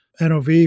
NOV